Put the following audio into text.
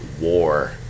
War